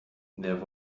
there